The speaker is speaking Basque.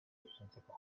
zuzentzeko